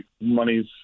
money's